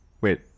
Wait